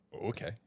Okay